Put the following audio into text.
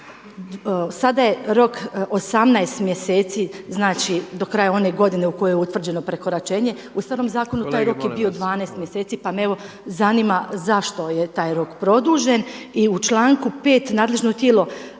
sada je rok 18 mjeseci, znači do kraja one godine u kojoj je utvrđeno prekoračenje. U starom zakonu taj rok je bio… …/Upadica Jandroković: Kolege molim vas!/… … 12 mjeseci, pa me evo zanima zašto je taj rok produžen. I u članku 5. nadležno tijelo